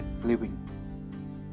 Living